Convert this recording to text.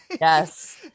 Yes